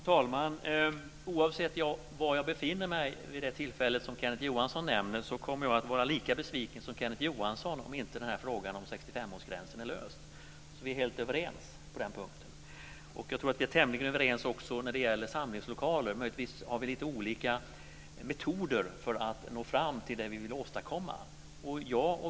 Herr talman! Oavsett var jag befinner mig vid det tillfälle som Kenneth Johansson nämner kommer jag att vara lika besviken som Kenneth Johanson om inte frågan om 65-årsgränsen är löst. Vi är helt överens på den punkten. Jag tror att vi också är tämligen överens när det gäller samlingslokaler. Möjligtvis har vi lite olika metoder för att nå fram till det vi vill åstadkomma.